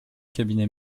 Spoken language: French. cabinet